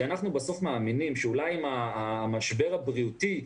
אנחנו בסוף מאמינים שאולי עם המשבר הבריאותי,